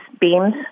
beams